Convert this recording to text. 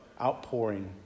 outpouring